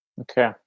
Okay